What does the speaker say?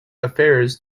affairs